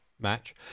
match